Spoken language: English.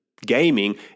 Gaming